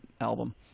album